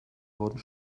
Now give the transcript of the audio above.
wurden